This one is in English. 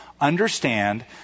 understand